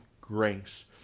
grace